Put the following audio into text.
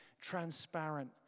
transparent